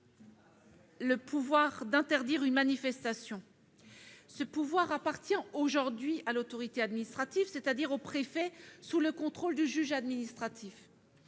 le pouvoir d'interdire une manifestation. Ce pouvoir appartient aujourd'hui à l'autorité administrative, c'est-à-dire au préfet, sous le contrôle du juge administratif.